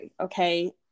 okay